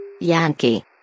Yankee